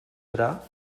serà